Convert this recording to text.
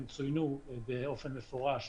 הם צוינו באופן מפורש בשמם.